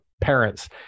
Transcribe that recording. parents